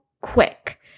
quick